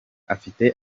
afite